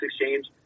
exchange